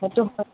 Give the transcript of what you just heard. সেইটো হয়